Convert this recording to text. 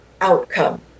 outcome